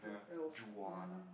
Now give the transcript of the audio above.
what else mm